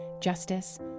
justice